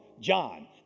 John